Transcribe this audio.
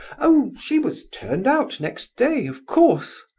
oh, she was turned out next day, of course.